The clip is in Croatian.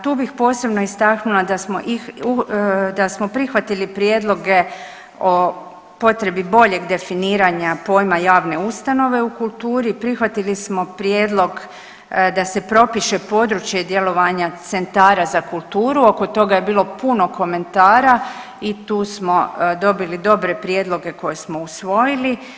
Tu bih posebno istaknula da smo prihvatili prijedloge o potrebi boljeg definiranja pojma javne ustanove u kulturi, prihvatili smo prijedlog da se propiše područje djelovanja centara za kulturu, oko toga je bilo puno komentara i tu smo dobili dobre prijedloge koje smo usvojili.